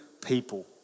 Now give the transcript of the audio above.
people